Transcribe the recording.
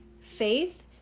Faith